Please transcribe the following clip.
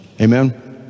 Amen